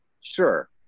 Sure